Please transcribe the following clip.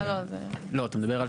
אתה מדבר על